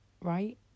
Right